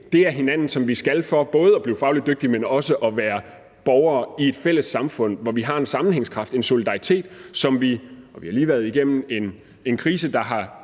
det af hinanden, som vi skal for både at blive fagligt dygtige, men også for at være borgere i et fælles samfund, hvor vi har en sammenhængskraft, en solidaritet. Vi har lige været igennem en krise, der har